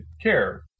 care